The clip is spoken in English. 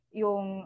yung